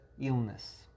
illness